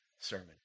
sermon